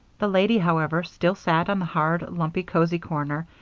the lady, however, still sat on the hard, lumpy cozy corner,